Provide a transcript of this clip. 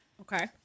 Okay